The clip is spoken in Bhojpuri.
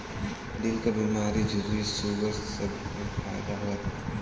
दिल क बीमारी झुर्री सूगर सबे मे फायदा करेला